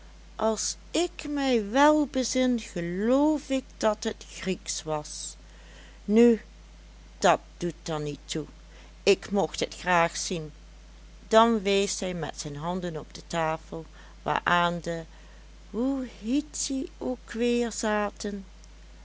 als ik mij wel bezin geloof ik dat het grieksch was nu dat doet er niet toe ik mocht het graag zien dan wees hij met zijn handen op de tafel waaraan de hoe hiet het ook weer zaten